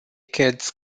kids